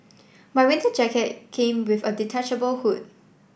my winter jacket came with a detachable hood